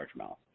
largemouth